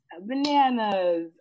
bananas